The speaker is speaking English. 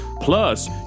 plus